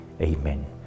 Amen